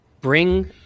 bring